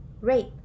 rape